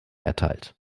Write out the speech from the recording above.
erteilt